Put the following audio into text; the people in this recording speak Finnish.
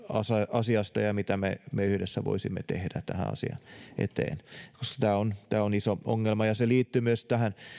asiasta ja mitä me me yhdessä voisimme tehdä tämän asian eteen koska tämä on iso ongelma se liittyy myös tähän